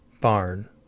barn